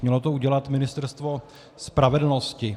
Mělo to udělat Ministerstvo spravedlnosti.